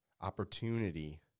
opportunity